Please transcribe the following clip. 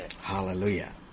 Hallelujah